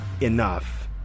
enough